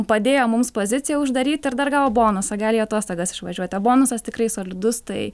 padėjo mums poziciją uždaryt ir dar gavo bonusą gali į atostogas išvažiuot o bonusas tikrai solidus tai